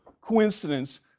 coincidence